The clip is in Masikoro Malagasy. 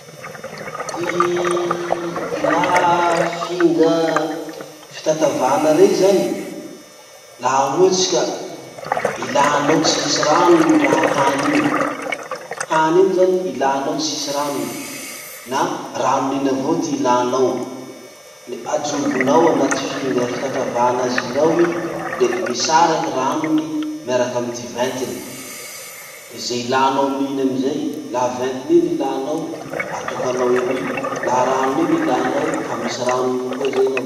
Ty ilà finga fitatavana rey zany, laha ohatsy ka ilanao tsy hisy rano ny raha hany iny. Hany iny zany ilanao tsy hisy ranony na ranony iny avao ty ilanao, le ajobonao anaty finga fitatavana azy iny ao i, le misaraky ranony miaraky ty ventiny. De ze ilanao amin'iny amizay, laha ventiny iny ilanao, atokanao eroy, laha ranony iny ilanao fa misy ranony koa zay ny ao.